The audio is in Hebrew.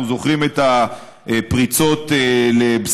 אנחנו זוכרים את הפריצות לבסיס,